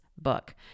book